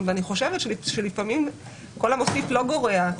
ואני חושבת שלפעמים כל המוסיף לא גורע.